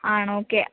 ആണോ ഓക്കേ